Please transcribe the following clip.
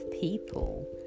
people